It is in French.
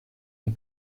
une